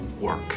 work